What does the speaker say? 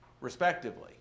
respectively